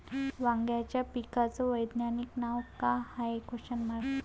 वांग्याच्या पिकाचं वैज्ञानिक नाव का हाये?